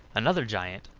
another giant,